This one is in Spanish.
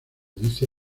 dice